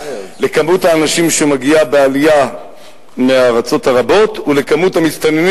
למספר האנשים שמגיעים בעלייה מהארצות הרבות ולמספר המסתננים